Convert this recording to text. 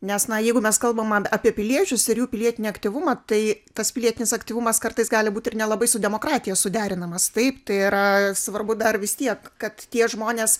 nes na jeigu mes kalbam apie piliečius ir jų pilietinį aktyvumą tai tas pilietinis aktyvumas kartais gali būt ir nelabai su demokratija suderinamas taip tai yra svarbu dar vis tiek kad tie žmonės